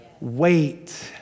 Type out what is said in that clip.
Wait